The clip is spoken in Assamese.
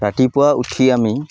ৰাতিপুৱা উঠি আমি